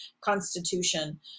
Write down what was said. constitution